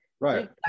Right